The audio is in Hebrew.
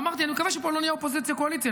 ואמרתי: אני מקווה שפה לא נהיה אופוזיציה קואליציה,